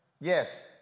Yes